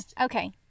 okay